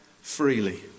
freely